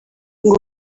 ngo